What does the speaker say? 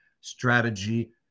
strategy